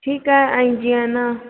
ठीकु आहे ऐं जीअं न